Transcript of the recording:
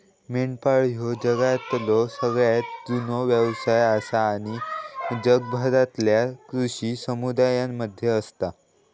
मेंढपाळ ह्यो जगातलो सगळ्यात जुनो व्यवसाय आसा आणि जगभरातल्या कृषी समुदायांमध्ये असता